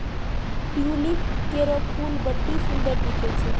tulip केरो फूल बड्डी सुंदर दिखै छै